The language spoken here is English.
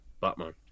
Batman